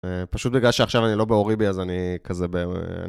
פשוט בגלל שעכשיו אני לא באוריבי אז אני כזה ב...